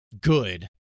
good